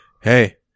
Hey